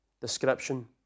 description